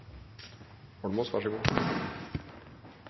må de nesten svare på,